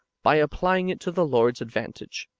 by applying it to the lord's advantage.